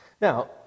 Now